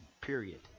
period